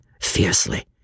fiercely